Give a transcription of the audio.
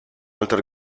altre